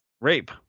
Rape